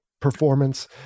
performance